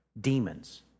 demons